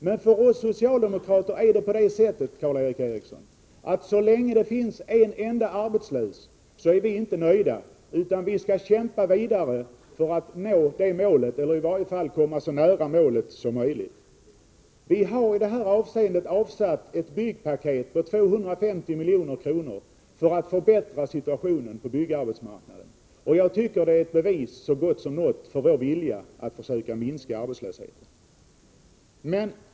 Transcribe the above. Men för oss socialdemokrater är det så, Karl Erik Eriksson, att så länge det finns en enda arbetslös är vi inte nöjda, utan vi skall kämpa vidare för att nå målet — eller i varje fall komma så nära målet som möjligt. Vi har avsatt ett byggpaket på 250 milj.kr. för att förbättra situationen på byggarbetsmarknaden, och jag tycker att det är ett bevis så gott som något för vår vilja att försöka minska arbetslösheten.